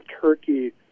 Turkey